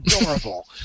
adorable